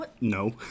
No